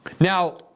Now